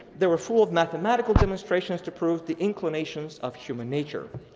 they were full of mathematical demonstrations to prove the inclinations of human nature.